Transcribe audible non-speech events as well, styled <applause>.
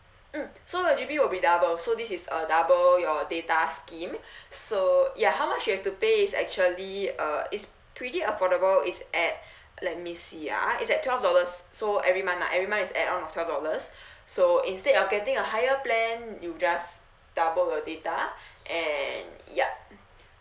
mm so your G_B will be double so this is a double your data scheme <breath> so ya how much you have to pay is actually uh it's pretty affordable is at let me see ah is at twelve dollars so every month lah every month is add on of twelve dollars <breath> so instead of getting a higher plan you just double your data and yup